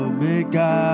Omega